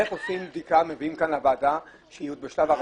איך עושים בדיקה ומביאים כאן לוועדה שזה עוד בשלב הרצה?